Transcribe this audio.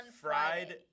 fried